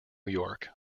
york